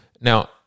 now